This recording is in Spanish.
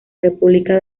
república